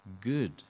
good